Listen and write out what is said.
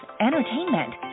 entertainment